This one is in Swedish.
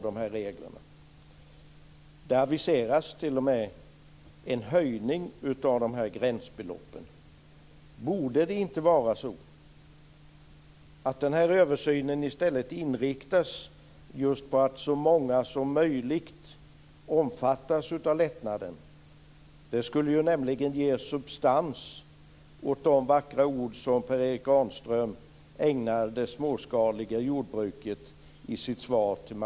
Där aviseras t.o.m. en höjning av gränsbeloppen. Borde det inte vara så att översynen i stället inriktades just på att så många som möjligt ska omfattas av lättnaden? Det skulle nämligen ge substans åt de vackra ord som Per Erik